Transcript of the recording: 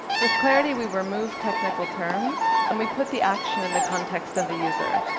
with clarity, we remove technical terms, and we put the action in the context of the user.